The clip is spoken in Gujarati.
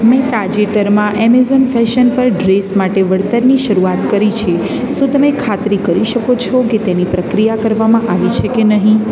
મેં તાજેતરમાં એમેઝોન ફેશન પર ડ્રેસ માટે વળતરની શરૂઆત કરી છે શું તમે ખાતરી કરી શકો છો કે તેની પ્રક્રિયા કરવામાં આવી છે કે નહીં